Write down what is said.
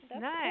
nice